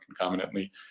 concomitantly